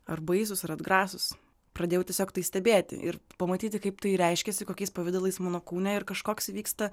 ar baisūs ar atgrasūs pradėjau tiesiog tai stebėti ir pamatyti kaip tai reiškiasi kokiais pavidalais mano kūne ir kažkoks įvyksta